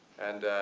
and,